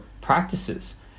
practices